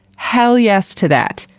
hell yes to that!